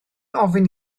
ofyn